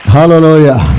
Hallelujah